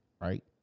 right